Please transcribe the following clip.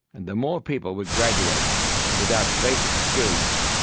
and the more people we graduate without basic skills,